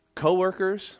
co-workers